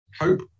hope